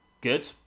good